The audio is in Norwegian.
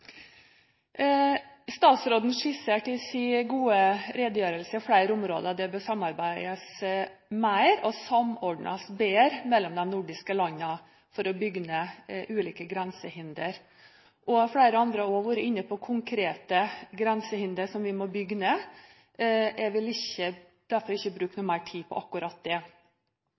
Statsråden skisserte i sin gode redegjørelse flere områder der de nordiske landene bør samarbeide mer og samordnes bedre, for å bygge ned ulike grensehindre. Flere andre har også vært inne på konkrete grensehindre som vi må bygge ned. Jeg vil derfor ikke bruke noe mer tid på dette. Statsråden viste til arbeidet med handlingsplanen for grensehindre og kom videre inn på det